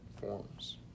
forms